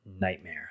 nightmare